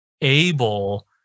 able